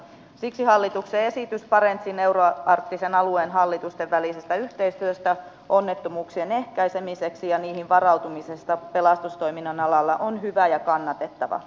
siksi hallituksen esitys barentsin euroarktisen alueen hallitusten välisestä yhteistyöstä onnettomuuksien ehkäisemiseksi ja niihin varautumiseksi pelastustoiminnan alalla on hyvä ja kannatettava